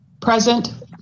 Present